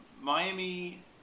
Miami